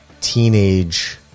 teenage